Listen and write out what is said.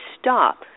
stop